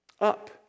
Up